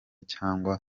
cyangwa